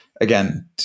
again